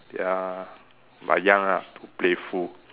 ya but ya lah too playful